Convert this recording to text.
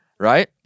Right